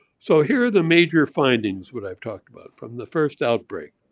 so here are the major findings what i've talked about from the first outbreak,